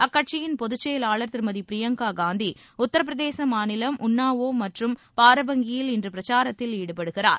அக்கட்சியின் பொதுச்செயலாளர் திருமதி பிரியங்கா காந்தி உத்தரப்பிரதேச மாநிலம் உன்னாவோ மற்றும் பாரபங்கியில் இன்று பிரச்சாரத்தில் ஈடுபடுகிறார்